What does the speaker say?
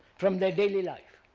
from their daily life,